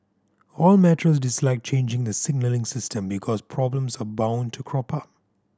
all metros dislike changing the signalling system because problems are bound to crop up